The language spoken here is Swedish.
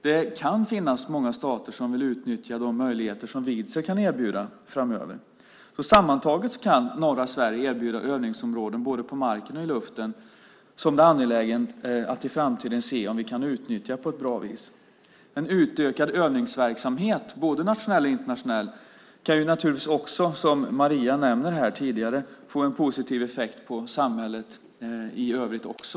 Det kan finnas många stater som vill utnyttja de möjligheter som Vidsel kan erbjuda framöver. Sammantaget kan norra Sverige erbjuda övningsområden både på marken och i luften som det är angeläget att se om vi i framtiden kan utnyttja på ett bra vis. En utökad övningsverksamhet, både nationell och internationell, kan naturligtvis, som Maria nämnde här tidigare, få en positiv effekt på samhället i övrigt också.